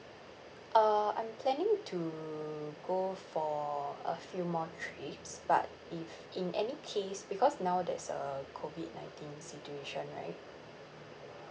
uh I'm planning to go for a few more trips but if in any case because now there's a COVID nineteen situation right